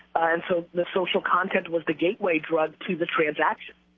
and so the social content was the gateway drug to the transaction.